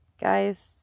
Guys